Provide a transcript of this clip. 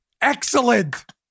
excellent